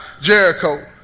jericho